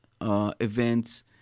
events